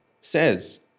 says